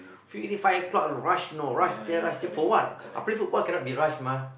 finish five o-clock rush know rush there rush here for what I play football cannot be rush mah